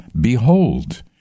Behold